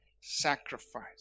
sacrifice